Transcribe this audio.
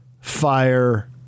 fire